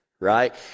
right